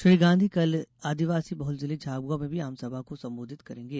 श्री गांधी कल आदिवासी बहुल जिले झाबुआ में भी आमसभा को सम्बोधित करेंगे